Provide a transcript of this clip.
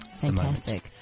Fantastic